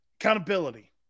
Accountability